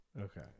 okay